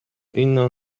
inną